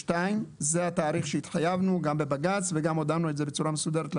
זה התהליך שהתחייבנו גם בבג"ץ וגם הודענו את זה בצורה מסודרת לוועדה,